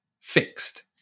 fixed